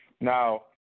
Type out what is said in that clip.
Now